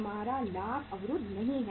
हमारा लाभ अवरुद्ध नहीं है